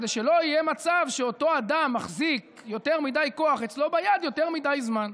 כדי שלא יהיה מצב שאותו אדם מחזיק יותר מדי כוח אצלו ביד יותר מדי זמן.